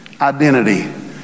identity